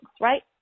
right